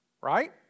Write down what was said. right